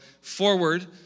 forward